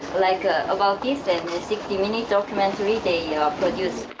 like, ah about this, and a sixty minute documentary, they produced.